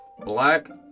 Black